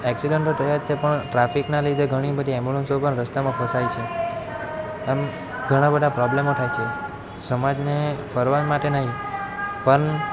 એકસીડન્ટો થયા જ છે પણ ટ્રાફિકના લીધે ઘણી બધી એમ્બુલન્સો પણ રસ્તામાં ફસાય છે આમ ઘણાં બધાં પ્રોબ્લેમો થાય છે સમાજને ફરવા માટે નહીં પણ